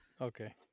Okay